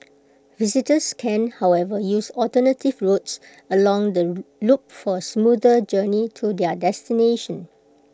visitors can however use alternative routes along the loop for smoother journey to their destination